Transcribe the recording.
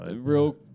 real